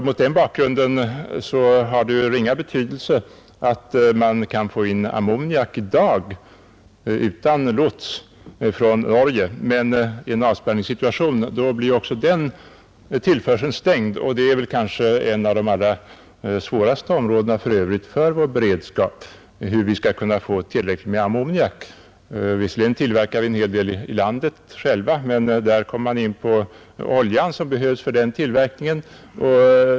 Mot den bakgrunden har det ju ringa betydelse att man i dag kan få in ammoniak från Norge utan lots. I en avspärrningssituation stängs ju också den tillförseln av. Hur vi skall kunna få tillräckligt med ammoniak är väl för övrigt ett av de allra svåraste problemen för vår beredskap i fråga om handelsgödselmedel. Visserligen tillverkar vi en hel del ammoniak själva, men där är problemet den olja som behövs för tillverkningen.